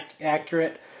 accurate